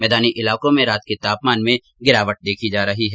मैदानी इलाकों में रात के तापमान में गिरावट देखी जा रही है